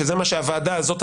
שזה מה שהוועדה הזאת.